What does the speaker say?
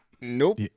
Nope